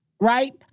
Right